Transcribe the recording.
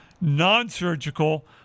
non-surgical